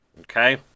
Okay